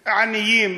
עניים,